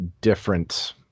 different